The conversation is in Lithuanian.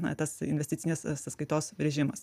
na tas investicinės sąskaitos rėžimas